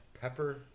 Pepper